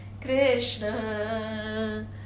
Krishna